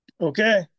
Okay